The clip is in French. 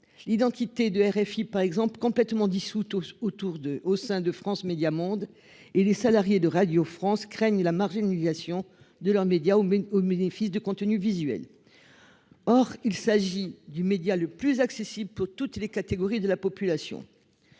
l'identité de RFI par exemple complètement dissous tous autour de au sein de France Médias Monde et les salariés de Radio France craignent la marginalisation de leur média ou au musée, fils de contenus visuels. Or il s'agit du média le plus accessible pour toutes les catégories de la population.